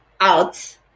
out